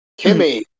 Kimmy